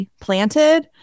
planted